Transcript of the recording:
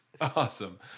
Awesome